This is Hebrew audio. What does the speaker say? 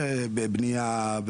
בבנייה,